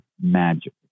magic